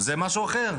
זה משהו אחר.